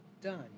done